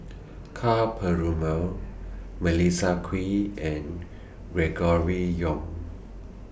Ka Perumal Melissa Kwee and Gregory Yong